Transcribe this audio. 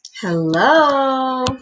hello